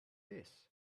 this